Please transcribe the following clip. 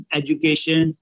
education